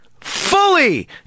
fully